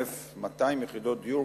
1,200 יחידות דיור,